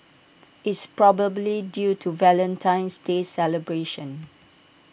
it's probably due to Valentine's day celebrations